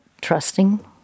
trusting